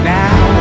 now